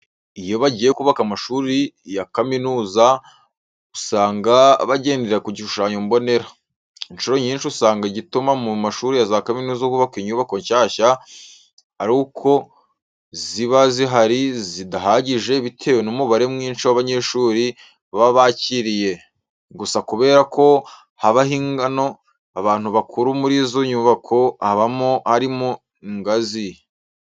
Iyo bagiye kubaka amashuri ya kaminuza usanga bagendera ku gishushanyo mbonera. Incuro nyinshi usanga igituma mu mashuri ya za kaminuza hubakwa inyubako nshyashya, ari uko iziba zihari zidahagije bitewe n'umubare mwinshi w'abanyeshuri baba bakiriye. Gusa kubera ko haba higamo abantu bakuru muri izo nyubako haba harimo ingazi.